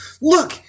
look